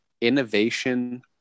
innovation